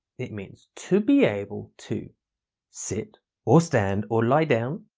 it means to be able to sit or stand or lie down